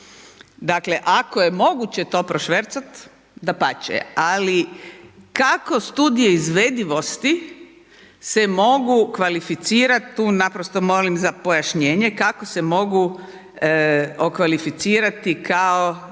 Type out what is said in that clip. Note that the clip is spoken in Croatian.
Dakle ako je moguće to prošvercati, dapače ali kako studije izvedivosti se mogu kvalificirati, tu naprosto molim za pojašnjenje, kako se mogu okvalificirati kao